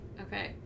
Okay